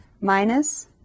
minus